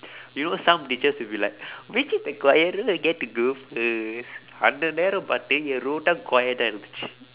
you know some bitches will be like which is the quiet row will get to go first அந்த நேரம் பார்த்து என்:andtha neeram paarththu en row தான்:thaan quieta இருந்தது:irundthathu